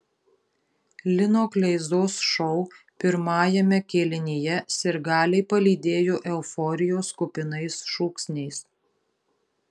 lino kleizos šou pirmajame kėlinyje sirgaliai palydėjo euforijos kupinais šūksniais